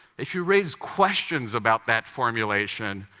if you raise questions about that formulation,